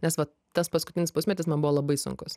nes vat tas paskutinis pusmetis man buvo labai sunkus